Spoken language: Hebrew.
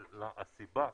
אבל הסיבה